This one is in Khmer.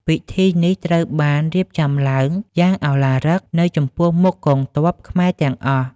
ពិធីនេះត្រូវបានរៀបចំឡើងយ៉ាងឧឡារិកនៅចំពោះមុខកងទ័ពខ្មែរទាំងអស់។